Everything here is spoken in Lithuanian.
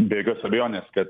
be jokios abejonės kad